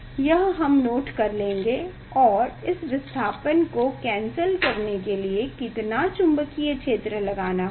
यह हमें नोट कर लेना है और इस विस्थापन को कैन्सल करने के लिए कितना चुंबकीय क्षेत्र लगाना होगा